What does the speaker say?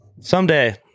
someday